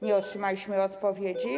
Nie otrzymaliśmy odpowiedzi.